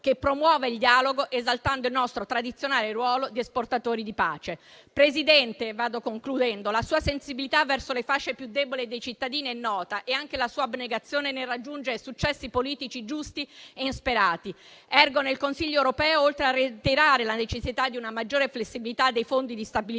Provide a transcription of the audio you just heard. che promuova il dialogo esaltando il nostro tradizionale ruolo di esportatori di pace. Avviandomi alla conclusione, signor Presidente del Consiglio, la sua sensibilità verso le fasce più deboli dei cittadini è nota e anche la sua abnegazione nel raggiungere successi politici giusti e insperati; pertanto, nel Consiglio europeo, oltre a reiterare la necessità di una maggiore flessibilità dei fondi di stabilità,